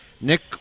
Nick